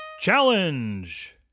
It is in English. Challenge